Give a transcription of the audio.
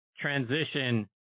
transition